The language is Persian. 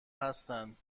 هستند